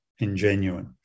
ingenuine